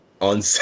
On